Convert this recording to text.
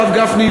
הרב גפני,